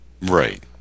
Right